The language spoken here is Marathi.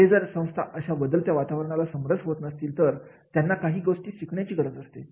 ते जर संस्था अशा बदलत्या वातावरणाला समरस होत असतील तर त्यांना काही गोष्टी शिकण्याची गरज असते